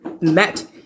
met